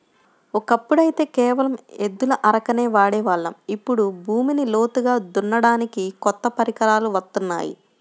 ఒకప్పుడైతే కేవలం ఎద్దుల అరకనే వాడే వాళ్ళం, ఇప్పుడు భూమిని లోతుగా దున్నడానికి కొత్త పరికరాలు వత్తున్నాయి